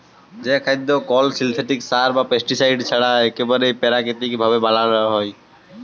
যে খাদ্য কল সিলথেটিক সার বা পেস্টিসাইড ছাড়া ইকবারে পেরাকিতিক ভাবে বানালো হয়